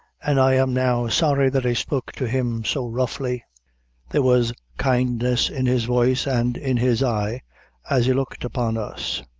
and i am now sorry that i spoke to him so roughly there was kindness in his voice and in his eye as he looked upon us.